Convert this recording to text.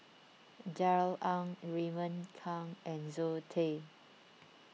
Darrell Ang Raymond Kang and Zoe Tay